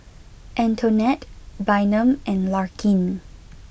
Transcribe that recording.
Antonette Bynum and Larkin